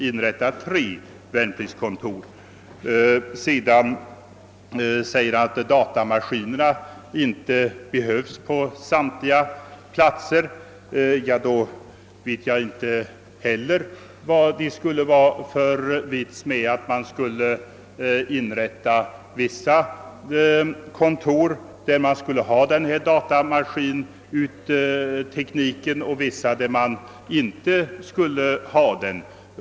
Herr Oskarson anser vidare att datamaskiner inte behövs på samtliga platser. Men jag vet inte heller vad det skulle vara för vits med att inrätta vissa kontor med datamaskinteknik och vissa kontor utan denna teknik.